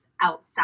outside